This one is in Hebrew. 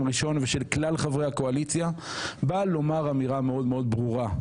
ראשון ושל כלל חברי הקואליציה באה לומר אמירה מאוד מאוד ברורה: